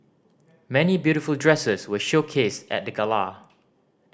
many beautiful dresses were showcased at the gala